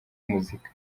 muzika